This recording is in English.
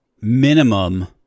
minimum